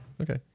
okay